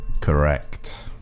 Correct